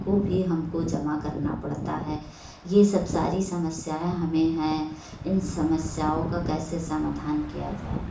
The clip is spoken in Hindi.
को भी हमको जमा करना पड़ता है ये सब सारी समस्याएँ हमें है इन समस्याओं का कैसे समाधान किया जाए